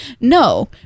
No